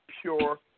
pure